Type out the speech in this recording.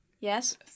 Yes